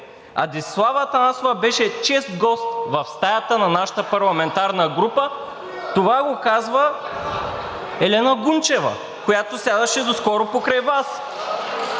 Десислава Атанасова беше чест гост в стаята на нашата парламентарна група.“ Това го казва Елена Гунчева, която сядаше доскоро покрай Вас.